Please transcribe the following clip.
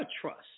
trust